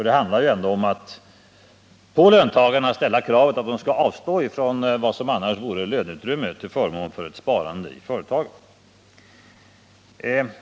Det handlar ändå om att löntagarna skall avstå från vad som annars vore löneutrymme till förmån för ett sparande i företagen.